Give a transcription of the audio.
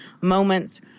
moments